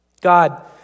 God